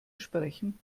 sprechen